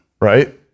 right